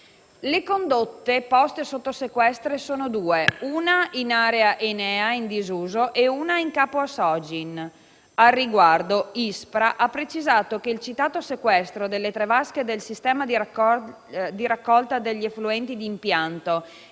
Le condotte poste sotto sequestro sono due: una in area ENEA, in disuso, e una in capo a Sogin. Al riguardo, ISPRA ha precisato che il citato sequestro delle tre vasche del sistema di raccolta degli effluenti d'impianto